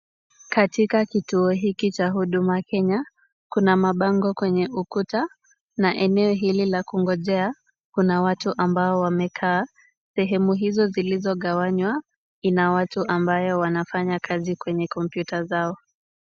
Katika kituo hiki cha Huduma Kenya, kuna mabango kwenye ukuta na eneo hili la kungojea kuna watu ambao wamekaa. Sehemu hizo zilizogawanywa ina watu ambayo wanafanya kazi kwenye kompyuta zao.